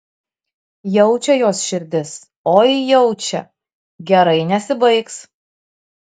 jaučia jos širdis oi jaučia gerai nesibaigs